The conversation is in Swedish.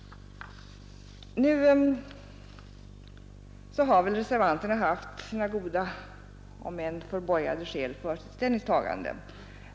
Nu har väl reservanterna haft sina goda om än förborgade skäl för sitt ställningstagande.